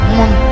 one